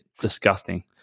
Disgusting